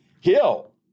hill